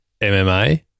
MMA